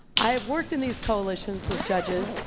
i have worked in these coalitions with judges,